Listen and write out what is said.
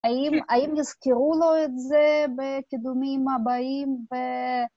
האם יזכרו לו את זה בקידומים הבאים?